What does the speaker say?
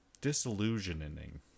disillusioning